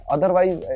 Otherwise